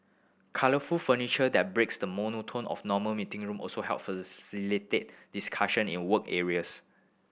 colourful furniture that breaks the monotony of normal meeting room also help facilitate discussion in work areas